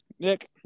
Nick